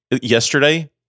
Yesterday